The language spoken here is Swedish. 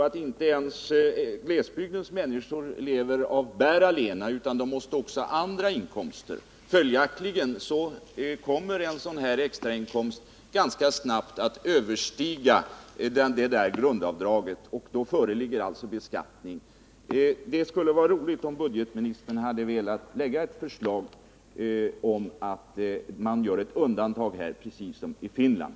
Men inte ens glesbygdens människor lever av bär allena. De måste också ha andra inkomster. Följaktligen kommer en sådan här extra inkomst att läggas ovanpå annan inkomst som överstiger grundavdraget, och då föreligger alltså beskattning. Det skulle ha varit roligt, om budgetministern hade velat lägga fram ett förslag om ett undantag för beskattning på det här området precis som i Finland.